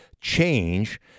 change